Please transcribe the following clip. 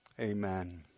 Amen